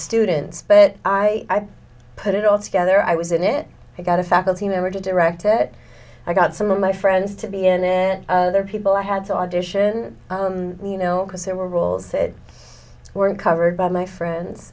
students but i put it all together i was in it i got a faculty member to direct it i got some of my friends to be and then other people i had to audition you know because there were rules that were uncovered by my friends